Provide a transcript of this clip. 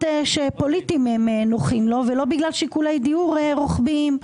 פוליטיים נוחים לו ולא בגלל שיקולי דיור רוחביים.